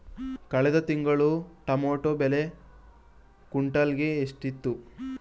ಕಳೆದ ತಿಂಗಳು ಟೊಮ್ಯಾಟೋ ಬೆಲೆ ಕ್ವಿಂಟಾಲ್ ಗೆ ಎಷ್ಟಿತ್ತು?